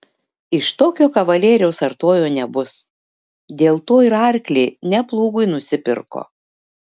iš tokio kavalieriaus artojo nebus dėl to ir arklį ne plūgui nusipirko